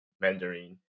Mandarin